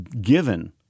Given